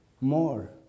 more